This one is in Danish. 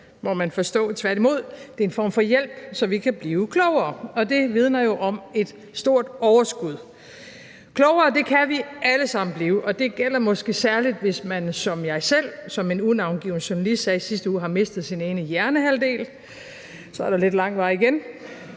– må man forstå – tværtimod, det er en form for hjælp, så vi kan blive klogere, og det vidner jo om et stort overskud. Klogere kan vi alle sammen blive, og det gælder måske særlig, hvis man som jeg selv, som en unavngiven journalist sagde i sidste uge, har mistet sin ene hjernehalvdel. Så er der lidt lang vej igen,